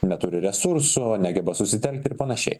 neturi resursų negeba susitelkti ir panašiai